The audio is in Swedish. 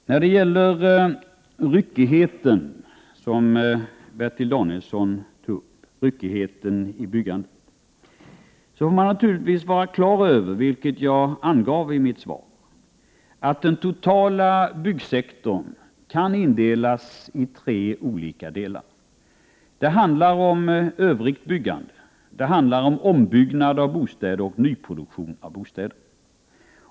Herr talman! När det gäller den ryckighet i byggandet som Bertil Danielsson tog upp bör man naturligtvis vara, vilket jag angav i mitt svar, att hela byggsektorn kan indelas i tre olika delar. Det är fråga om övrigt byggande, ombyggnad av bostäder och nyproduktion av bostäder.